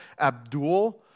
Abdul